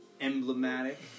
emblematic